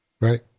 Right